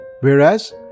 whereas